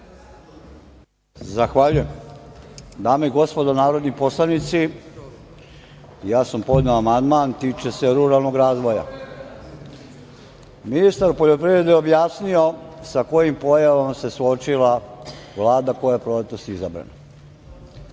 Zahvaljujem. Dame i gospodo narodni poslanici, ja sam podneo amandman, tiče se ruralnog razvoja. Ministar poljoprivrede je objasnio sa kojim pojavama se suočila Vlada koja je proletos izabrana. Dakle,